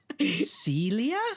Celia